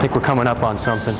i think we're coming up on something